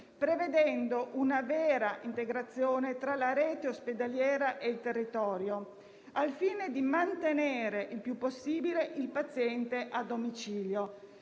prevedendo una vera integrazione tra la rete ospedaliera e il territorio al fine di mantenere il più possibile il paziente a domicilio,